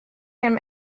him